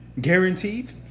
Guaranteed